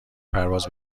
پرواز